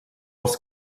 els